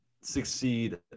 succeed